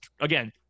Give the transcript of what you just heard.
again